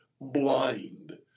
blind